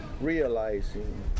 realizing